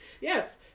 Yes